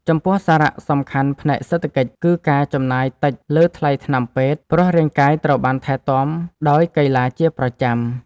ចំពោះសារៈសំខាន់ផ្នែកសេដ្ឋកិច្ច គឺការចំណាយតិចលើថ្លៃថ្នាំពេទ្យ ព្រោះរាងកាយត្រូវបានថែទាំដោយកីឡាជាប្រចាំ។